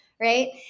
right